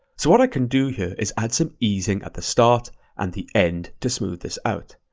so what i can do here is add some easing at the start and the end to smooth this out.